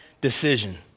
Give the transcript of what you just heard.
decision